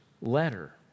letter